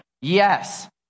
Yes